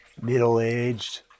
middle-aged